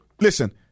Listen